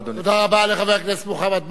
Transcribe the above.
תודה רבה לחבר הכנסת מוחמד ברכה.